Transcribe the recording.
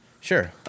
Sure